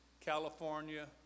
california